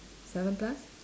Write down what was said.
seven plus